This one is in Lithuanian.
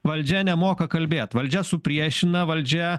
valdžia nemoka kalbėt valdžia supriešina valdžia